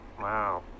Wow